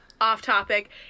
off-topic